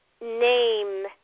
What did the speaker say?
name